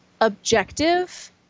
Objective